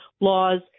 laws